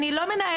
אני לא מנהלת,